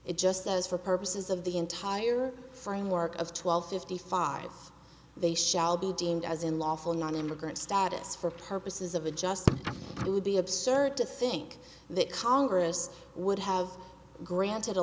it just says for purposes of the entire framework of twelve fifty five they shall be deemed as unlawful nonimmigrant status for purposes of a just would be absurd to think that congress would have granted a